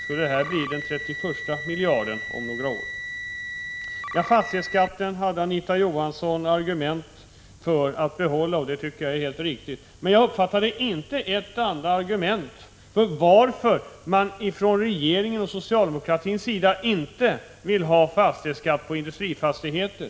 Skall det här om några år innebära den 31:a miljarden? Anita Johansson anförde argument för att behålla fastighetsskatten, och det tycker jag är helt riktigt. Men jag uppfattade inte ett enda argument för att regeringen och socialdemokratin inte vill ha fastighetsskatt på industrifastigheter.